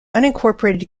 unincorporated